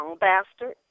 bastard